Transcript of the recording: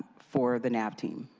for the nav team.